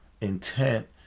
intent